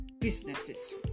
businesses